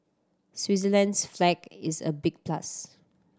Switzerland's flag is a big plus